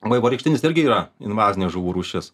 vaivorykštinis irgi yra invazinė žuvų rūšis